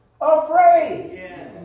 afraid